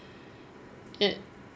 it